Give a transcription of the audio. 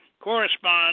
correspond